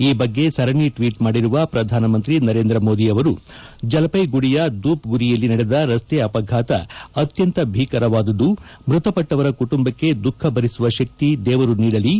ಈ ಬಗ್ಗೆ ಸರಣಿ ಟ್ವೀಟ್ ಮಾಡಿರುವ ಪ್ರಧಾನಮಂತ್ರಿ ನರೇಂದ್ರ ಮೋದಿ ಅವರು ಜಿಲಪೈಗುರಿಯ ದೂಪ್ಗುರಿಯಲ್ಲಿ ನಡೆದ ರಸ್ತೆ ಅಪಘಾತ ಅತ್ಯಂತ ಭೀಕರವಾದುದು ಮೃತಪಟ್ಟವರ ಕುಟುಂಬಕ್ಕೆ ದುಃಖ ಭರಿಸುವ ಶಕ್ತಿ ದೇವರು ನೀಡಲಿ